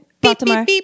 Baltimore